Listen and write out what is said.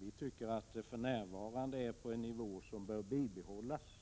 Vi tycker att detta för närvarande ligger på en nivå som bör bibehållas,